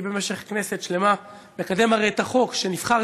הרי אני במשך כנסת שלמה מקדם את החוק שנבחר